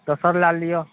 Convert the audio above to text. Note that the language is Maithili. दोसर लए लिअ